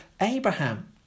Abraham